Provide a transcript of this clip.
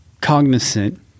cognizant